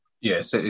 Yes